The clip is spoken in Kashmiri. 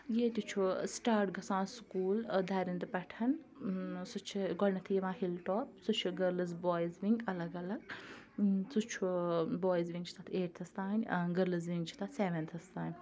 ییٚتہِ چھُ سٹاٹ گژھان سکوٗل دَرِںٛدٕ پٮ۪ٹھ سُہ چھِ گۄڈنٮ۪تھٕے یِوان ہِل ٹاپ سُہ چھُ گٔرلٕز بایز وِنٛگ الگ الگ سُہ چھُ بایز وِنٛگ چھِ تَتھ ایٹتھَس تانۍ گٔرلٕز وِنٛگ چھِ تَتھ سیٚونتھَس تانۍ